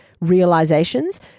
realizations